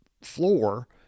floor